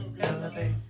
Elevate